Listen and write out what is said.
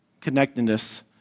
connectedness